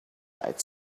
dried